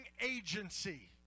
agency